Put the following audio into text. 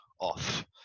off